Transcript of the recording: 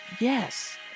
yes